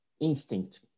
instinct